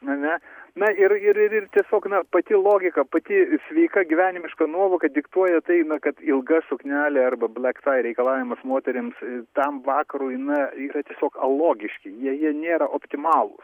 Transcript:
ane na ir ir ir tiesiog na pati logika pati sveika gyvenimiška nuovoka diktuoja tai na kad ilga suknelė arba blek tai reikalavimas moterims tam vakarui na yra tiesiog alogiški jie jie nėra optimalūs